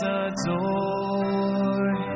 adore